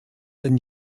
den